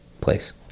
place